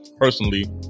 personally